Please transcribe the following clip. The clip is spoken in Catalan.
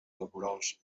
laborals